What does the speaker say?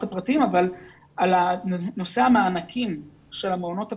הפרטיים אבל על נושא המענקים של המעונות הפרטיים,